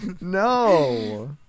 No